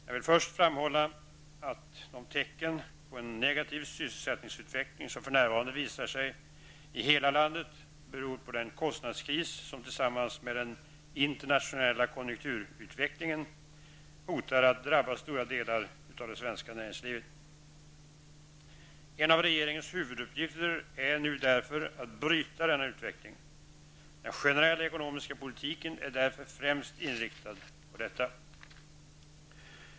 Jag vill först framhålla, att de tecken på en negativ sysselsättningsutveckling som för närvarande visar sig i hela landet, beror på den kostnadskris, som tillsammans med den internationella konjunkturutvecklingen, hotar att drabba stora delar av det svenska näringslivet. En av regeringens huvuduppgifter är nu därför att bryta denna utveckling. Den generella ekonomiska politiken är därför främst inriktad på detta.